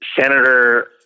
Senator